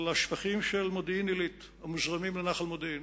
על השפכים של מודיעין-עילית שמוזרמים לנחל-מודיעין.